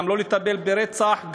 גם לא לטפל ברצח,